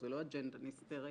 וזו לא אג'נדה נסתרת